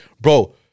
bro